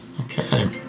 Okay